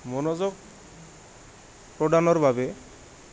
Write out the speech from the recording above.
মনোযোগ প্ৰদানৰ বাবে